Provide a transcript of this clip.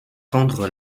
tendre